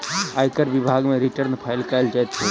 आयकर विभाग मे रिटर्न फाइल कयल जाइत छै